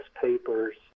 papers